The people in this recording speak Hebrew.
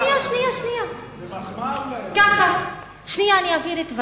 שנייה, אני אבהיר את דברי.